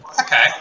Okay